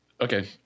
okay